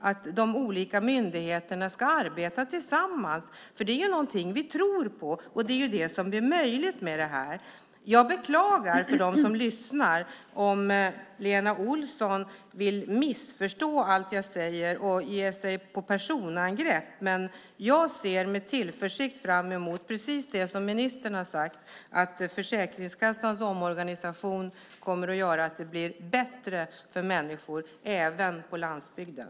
Att de olika myndigheterna ska arbeta tillsammans är något som vi tror på, och det blir nu möjligt. Till dem som lyssnar vill jag säga att jag beklagar om Lena Olsson vill missförstå allt jag säger och ge sig in på personangrepp. Jag ser med tillförsikt fram emot det som ministern också sagt, nämligen att Försäkringskassans omorganisation kommer att innebära en förbättring även för människorna på landsbygden.